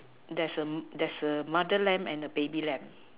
there's a mother lamb and a baby lamb